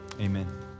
amen